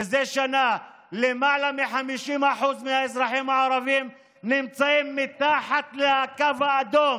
מזה שנה למעלה מ-50% מהאזרחים הערבים נמצאים מתחת לקו האדום